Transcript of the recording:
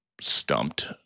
stumped